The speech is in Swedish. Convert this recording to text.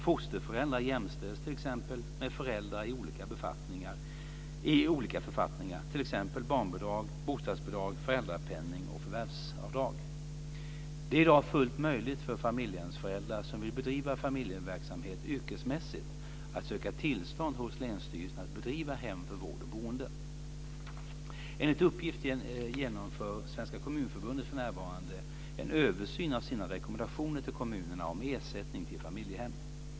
Fosterföräldrar jämställs t.ex. Det är i dag fullt möjligt för familjehemsföräldrar som vill bedriva familjehemsverksamhet yrkesmässigt att söka tillstånd hos länsstyrelsen att bedriva hem för vård eller boende. Enligt uppgift genomför Svenska Kommunförbundet för närvarande en översyn av sina rekommendationer till kommunerna om ersättning till familjehem.